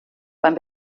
beim